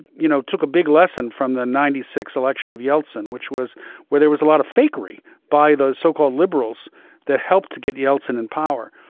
you know, took a big lesson from the ninety six election of yeltsin, which was where there was a lot of fakery by those so-called liberals that helped to get yeltsin in power.